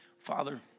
Father